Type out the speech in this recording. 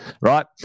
right